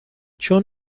چون